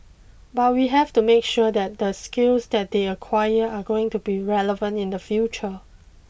but we have to make sure that the skills that they acquire are going to be relevant in the future